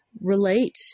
relate